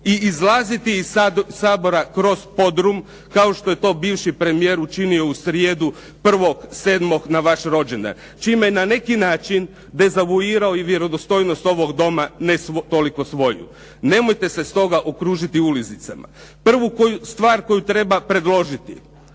i izlaziti iz Sabora kroz podrum kao što je to bivši premijer učinio u srijedu 1.7. na vaš rođendan čime je na neki način dezavuirao i vjerodostojnost ovog Doma, ne toliko svoju. Nemojte se stoga okružiti ulizicama. Prvu koju stvar koju treba predložiti